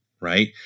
Right